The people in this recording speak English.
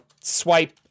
swipe